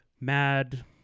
mad